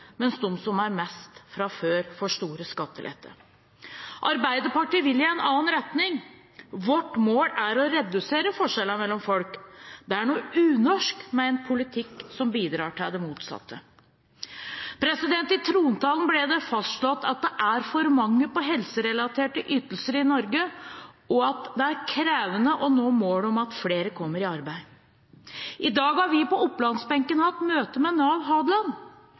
mens de som har mest fra før, får store skatteletter. Arbeiderpartiet vil i en annen retning. Vårt mål er å redusere forskjellene mellom folk. Det er noe unorsk med en politikk som bidrar til det motsatte. I trontalen ble det fastslått at det er for mange på helserelaterte ytelser i Norge, og at det er krevende å nå målet om at flere kommer i arbeid. I dag har vi på Opplands-benken hatt møte med Nav Hadeland.